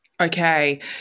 Okay